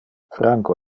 franco